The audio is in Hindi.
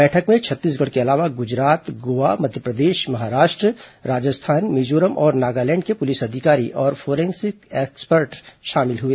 बैठक में छत्तीसगढ के अलावा गुजरात गोवा मध्यप्रदेश महाराष्ट्र राजस्थान मिजोरम और नागालैंड के पुलिस अधिकारी और फोरेंसिक एक्सपर्ट शामिल हुए